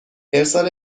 ارسال